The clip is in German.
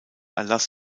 erlass